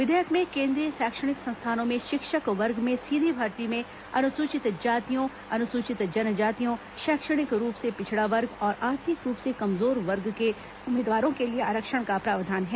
विधेयक में केंद्रीय शैक्षणिक संस्थानों में शिक्षक वर्ग में सीधी भर्ती में अनुसूचित जातियों अनुसचित जनजातियों शैक्षणिक रूप से पिछड़ा वर्ग और आर्थिक रूप से कमजोर वर्ग के उम्मीदवारों के लिए आरक्षण का प्रावधान है